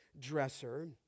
Dresser